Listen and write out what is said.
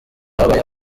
habayeho